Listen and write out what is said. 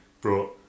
brought